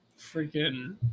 Freaking